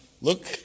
look